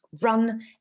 run